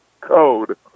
code